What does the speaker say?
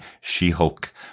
She-Hulk